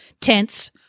tense